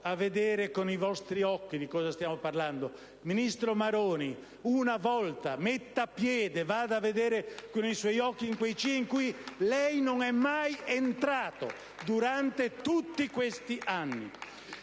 a vedere con i vostri occhi di cosa stiamo parlando. Ministro Maroni, una volta metta piede e vada a vedere con i suoi occhi in quei CIE, dove lei non è mai entrato durante tutti questi anni!